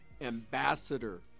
ambassador